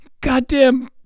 goddamn